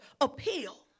appeal